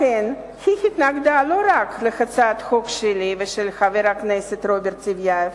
לכן היא התנגדה לא רק להצעת חוק שלי ושל חבר הכנסת רוברט טיבייב,